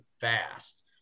fast